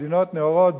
במדינות נאורות,